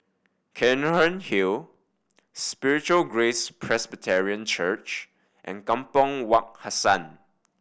Cairnhill Road Spiritual Grace Presbyterian Church and Kampong Wak Hassan